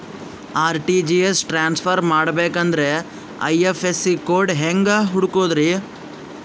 RTGS transfer ಮಾಡಬೇಕೆಂದರೆ IFSC code ಹೆಂಗ್ ಹುಡುಕೋದ್ರಿ?